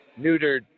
neutered